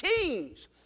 kings